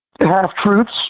half-truths